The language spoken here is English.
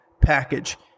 package